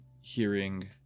hearing